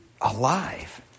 alive